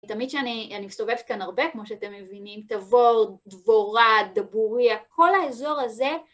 תמיד שאני מסתובבת כאן הרבה, כמו שאתם מבינים, תבור, דבורה, דבוריה, כל האזור הזה.